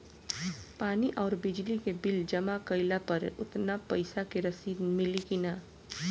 पानी आउरबिजली के बिल जमा कईला पर उतना पईसा के रसिद मिली की न?